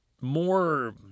more